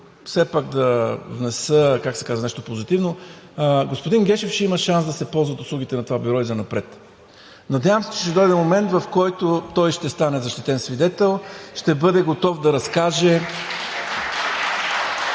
все пак да внеса, как се казва, нещо позитивно. Господин Гешев ще има шанс да се ползва от услугите на това бюро и занапред. Надявам се, че ще дойде момент, в който той ще стане защитен свидетел (ръкопляскания от ДБ),